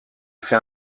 fait